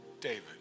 David